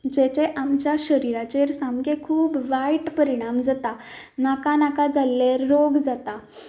ताचें आमच्या शरीराचेर सामकें खूब वायट परिणाम जातात नाका नाका जाल्ले रोग जातात